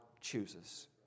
chooses